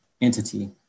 entity